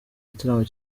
igitaramo